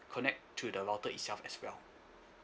connect to the router itself as well